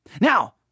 Now